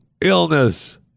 illness